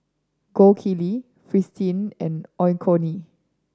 Gold Kili Fristine and Onkyo